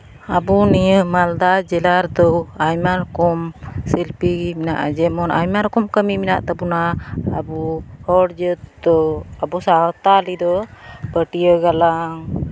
ᱟᱵᱚ ᱱᱤᱭᱟᱹ ᱢᱟᱞᱫᱟ ᱡᱮᱞᱟ ᱨᱮᱫᱚ ᱟᱭᱢᱟ ᱨᱚᱠᱚᱢ ᱥᱤᱞᱯᱤ ᱢᱮᱱᱟᱜᱼᱟ ᱡᱮᱢᱚᱱ ᱟᱭᱢᱟ ᱨᱚᱠᱚᱢ ᱠᱟᱹᱢᱤ ᱢᱮᱱᱟᱜ ᱛᱟᱵᱚᱱᱟ ᱟᱵᱚ ᱦᱚᱲ ᱡᱮᱦᱮᱛᱩ ᱟᱵᱚ ᱥᱟᱱᱛᱟᱲᱤ ᱫᱚ ᱯᱟᱹᱴᱭᱟᱹ ᱜᱟᱞᱟᱝ